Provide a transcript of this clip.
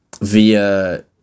via